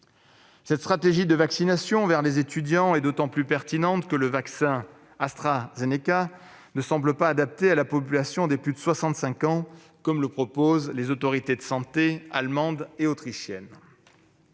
Cette stratégie de vaccination des étudiants est d'autant plus pertinente que le vaccin AstraZeneca ne semble pas adapté aux plus de 65 ans, comme le précisent les autorités de santé allemande et autrichienne.